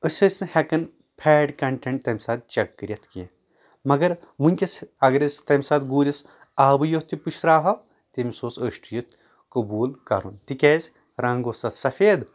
أسۍ ٲسۍ نہٕ ہٮ۪کان فیٹ کنٹیٚنٹ تمہِ ساتہٕ چیٚک کٔرتھ کینٛہہ مگر ووٚنکیس اگر أسۍ تمہِ ساتہٕ گوٗرِس آبٕے یوت تہِ پُشراوہو تٔمِس اوس أچھ ٹُوِتھ قبوٗل کرُن تِکیٛازِ رنٛگ اوس اتھ سفید